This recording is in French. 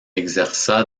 exerça